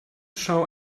show